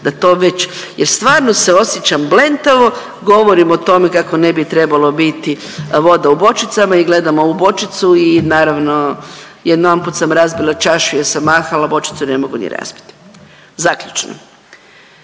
da to već jer stvarno se osjećam blentavo, govorim o tome kako ne bi trebalo biti voda u bočicama i gledam ovu bočicu i naravno jedanput sam razbila čašu jer sam mahala, bočicu ne mogu ni razbiti. Zaključno,